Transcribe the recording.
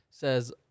Says